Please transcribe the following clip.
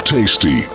Tasty